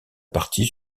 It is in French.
partie